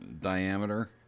diameter